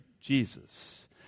Jesus